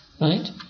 right